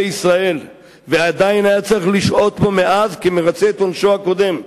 ישראל ועדיין צריך היה לשהות בו מאז כדי לרצות את עונשו הקודם,